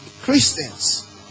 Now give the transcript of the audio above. Christians